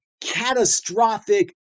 catastrophic